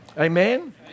Amen